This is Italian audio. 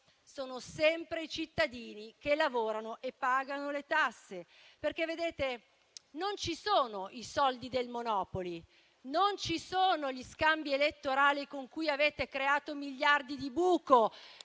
sono sempre i cittadini che lavorano e pagano le tasse. Vedete, non ci sono i soldi del Monopoli, non ci sono gli scambi elettorali con cui avete creato miliardi di buco